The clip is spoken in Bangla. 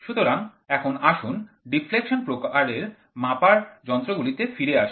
সুতরাং এখন আসুন ডিফ্লেকশন প্রকারের মাপার যন্ত্রগুলিতে ফিরে আসি